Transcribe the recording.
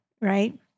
right